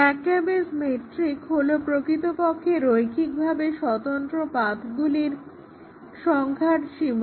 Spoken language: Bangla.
McCabe's মেট্রিক হলো প্রকৃতপক্ষে রৈখিকভাবে স্বতন্ত্র পাথগুলোর সংখ্যার সীমা